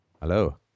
Hello